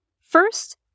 First